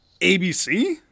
ABC